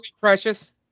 Precious